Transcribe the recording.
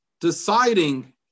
deciding